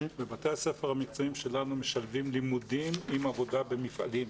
בתי הספר המקצועיים שלנו משלבים לימודים עם עבודה במפעלים.